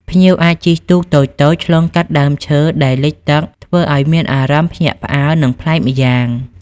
ភ្ញៀវអាចជិះទូកតូចៗឆ្លងកាត់ដើមឈើដែលលិចទឹកធ្វើអោយមានអារម្មណ៍ភ្ញាក់ផ្អើល និងប្លែកម្យ៉ាង។